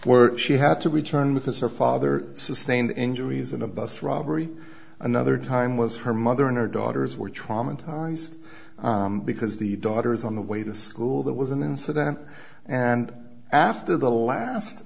were she had to return because her father sustained injuries in a bus robbery another time was her mother and her daughters were traumatized because the daughter is on the way the school there was an incident and after the last